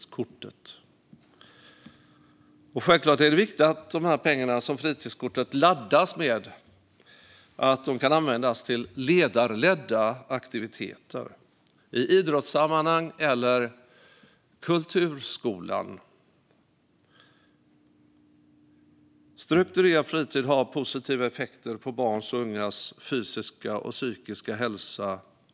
Självklart är det viktigt att pengarna som fritidskortet laddas med kan användas till ledarledda aktiviteter i idrottssammanhang eller kulturskolan. Som jag sa förut och vill repetera har en strukturerad fritid positiva effekter på barns och ungas fysiska och psykiska hälsa.